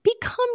become